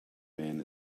man